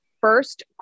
first